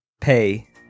pay